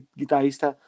guitarrista